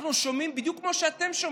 אנחנו שומעים בדיוק כמו שאתם שומעים,